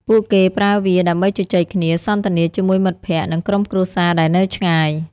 ពួកគេប្រើវាដើម្បីជជែកគ្នា សន្ទនាជាមួយមិត្តភក្តិ និងក្រុមគ្រួសារដែលនៅឆ្ងាយ។